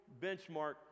benchmark